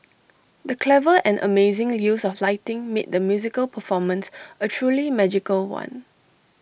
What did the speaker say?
the clever and amazing use of lighting made the musical performance A truly magical one